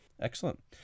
excellent